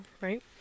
right